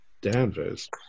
Danvers